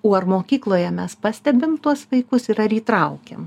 o ar mokykloje mes pastebim tuos vaikus ir ar įtraukiam